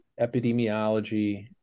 epidemiology